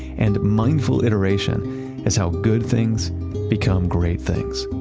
and mindful iteration is how good things become great things.